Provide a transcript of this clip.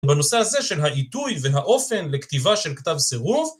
בנושא הזה של העיתוי והאופן לכתיבה של כתב סירוב.